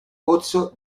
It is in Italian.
pozzo